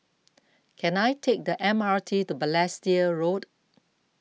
can I take the M R T to Balestier Road